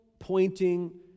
Pointing